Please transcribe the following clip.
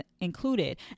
included